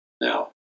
Now